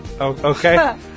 Okay